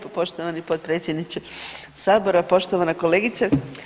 Poštovani potpredsjedniče Sabora, poštovana kolegice.